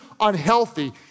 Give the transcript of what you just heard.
unhealthy